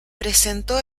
presentó